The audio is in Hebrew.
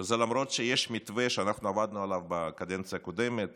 וזה למרות שיש מתווה שאנחנו עבדנו עליו בקדנציה הקודמת